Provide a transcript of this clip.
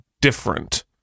different